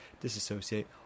disassociate